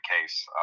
case